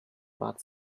bud